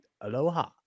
Aloha